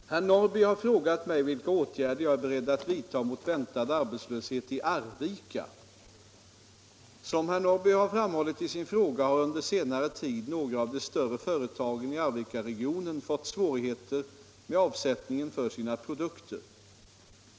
Herr talman! Herr Norrby har frågat mig vilka åtgärder jag är beredd att vidta mot väntad arbetslöshet i Arvika. Som herr Norrby har framhållit i sin fråga har under senare tid några av de större företagen i Arvikaregionen fått svårigheter med avsättningen för sina produkter.